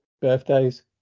birthdays